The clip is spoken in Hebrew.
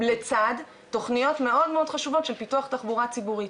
לצד תוכניות מאוד חשובות של פיתוח תחבורה ציבורית.